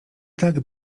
tak